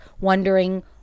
wondering